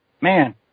man